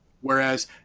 Whereas